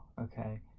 okay